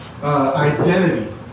Identity